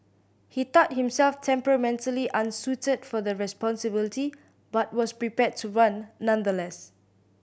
he thought himself temperamentally unsuited for the responsibility but was prepared to run nonetheless